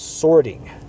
sorting